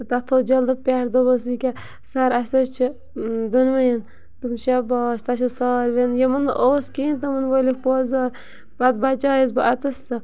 تہٕ تَتھ تھوٚو جلدٕ پٮ۪ٹھ دوٚپَس ییکیٛاہ سَر اَسہِ حظ چھِ دۄنوٕیَن دوٚپُن شاباش تۄہہِ چھو ساروِین یِمَن نہٕ اوس کِہیٖنۍ تِمَن وٲلِکھ پوزار پَتہٕ بَچایَس بہٕ اَتَس تہٕ